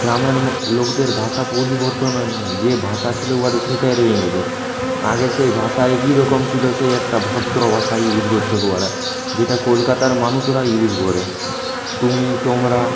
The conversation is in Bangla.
গ্রামের লোকদের ভাষা পরিবর্তন হয় নাই যে ভাষা ছিল ওদের সেটাই রয়ে গিয়েছে আগে সেই ভাষায় কিরকম ছিল সেই একটা ভদ্র ভাষা ইউজ করত ওরা যেটা কলকাতার মানুষরা ইউজ করে তুমি তোমরা